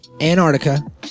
antarctica